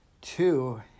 two